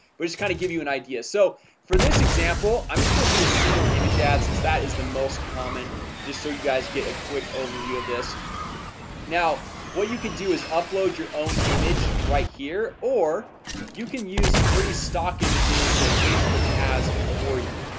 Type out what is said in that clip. but just kind of give you an idea so for this example i'm just gonna do the single image ad since that is the most common just so you guys get a quick overview of this now what you can do is upload your own image right here or you can use free stock images that facebook has for you.